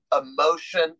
emotion